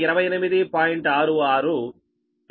660